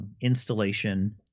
installation